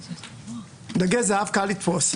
דגי זהב קל יתפוס,